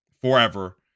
forever